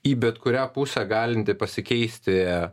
į bet kurią pusę galinti pasikeisti